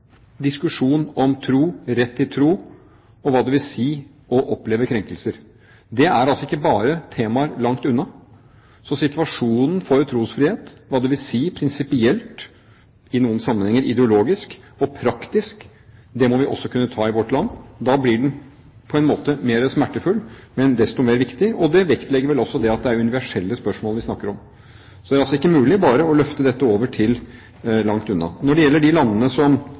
diskusjon om tro, rett til tro, og hva det vil si å oppleve krenkelser. Det er altså ikke bare temaer langt unna. Så situasjonen for trosfrihet, hva det vil si prinsipielt i noen sammenhenger ideologisk og praktisk, den diskusjonen må vi også kunne ta i vårt land. Da blir den på en måte mer smertefull, men desto mer viktig, og det vektlegger vel også det at det er universelle spørsmål vi snakker om. Så det er altså ikke mulig bare å løfte dette over til langt unna. Når det gjelder de landene som